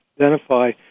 identify